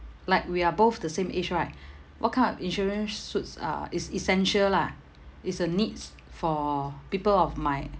like we are both the same age right what kind of insurance suits uh it's essential lah it's a needs for people of my